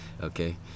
Okay